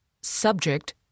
Subject